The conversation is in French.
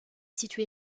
situé